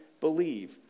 believe